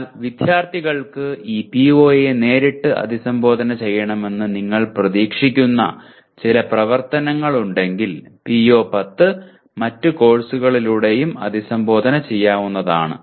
എന്നാൽ വിദ്യാർത്ഥികൾക്ക് ഈ പിഒയെ നേരിട്ട് അഭിസംബോധന ചെയ്യണമെന്ന് നിങ്ങൾ പ്രതീക്ഷിക്കുന്ന ചില പ്രവർത്തനങ്ങൾ ഉണ്ടെങ്കിൽ PO10 മറ്റ് കോഴ്സുകളിലൂടെയും അഭിസംബോധന ചെയ്യാവുന്നതാണ്